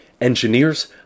engineers